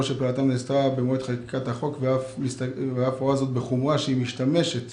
שפעילותם נאסרה במועד חקיקת החוק ואף רואה זאת בחומרה שהיא משתמשת